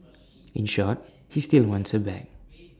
in short he still wants her back